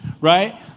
right